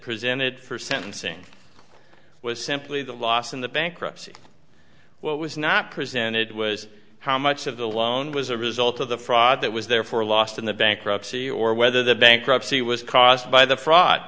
presented for sentencing was simply the loss in the bankruptcy what was not presented was how much of the loan was a result of the fraud that was therefore lost in the bankruptcy or whether the bankruptcy was caused by the fr